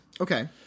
Okay